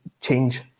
change